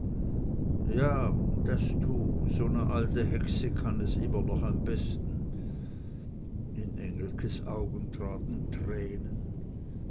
ja das tu so ne alte hexe kann es immer noch am besten in engelkens augen traten tränen